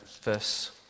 verse